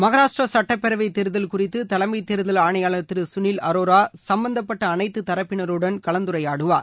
மகாராஷ்டிரா சட்டப்பேரவை தேர்தல் குறித்து தலைமை தேர்தல் ஆணையாளர் திரு சுனில் ஆரோரா சம்மந்தப்பட்ட அனைத்து தரப்பினருடன் கலந்துரையாடுவார்